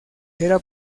era